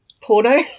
porno